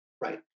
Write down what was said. Right